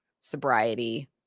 sobriety